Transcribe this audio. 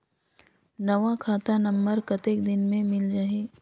नवा खाता नंबर कतेक दिन मे मिल जाही?